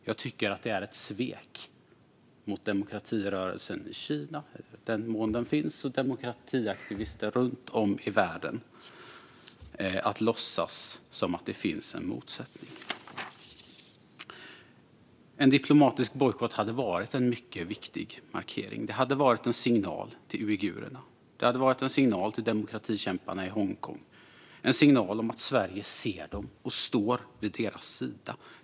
Jag tycker att det är ett svek mot demokratirörelsen i Kina, i den mån den finns, och demokratiaktivister runt om i världen att låtsas som om det finns en motsättning. En diplomatisk bojkott hade varit en mycket viktig markering. Det hade varit en signal till uigurerna och till demokratikämpar i Hongkong om att Sverige ser dem och står vid deras sida.